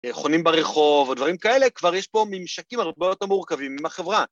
חונים ברחוב ודברים כאלה, כבר יש פה ממשקים הרבה יותר מורכבים עם החברה.